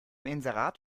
inserat